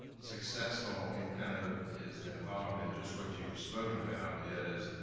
successful and kind of is involved in just what you've spoken about is,